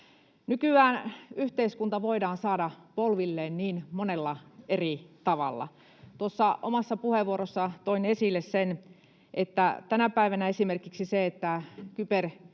Nykyään yhteiskunta voidaan saada polvilleen niin monella eri tavalla. Tuossa omassa puheenvuorossani toin esille sen, että tänä päivänä esimerkiksi sillä, että kyberhyökkäyksillä